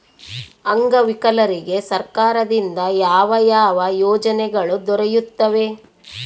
ಅಂಗವಿಕಲರಿಗೆ ಸರ್ಕಾರದಿಂದ ಯಾವ ಯಾವ ಯೋಜನೆಗಳು ದೊರೆಯುತ್ತವೆ?